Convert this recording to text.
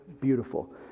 beautiful